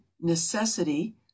necessity